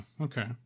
okay